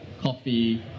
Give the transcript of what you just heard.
coffee